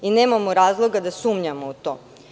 Nemamo razloga da sumnjamo u to.